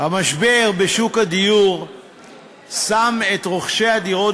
המשבר בשוק הדיור שם את רוכשי הדירות